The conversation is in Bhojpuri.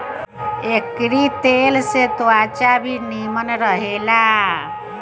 एकरी तेल से त्वचा भी निमन रहेला